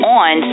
on